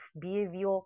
behavior